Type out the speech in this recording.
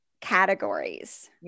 categories